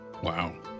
Wow